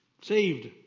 saved